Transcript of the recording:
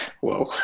Whoa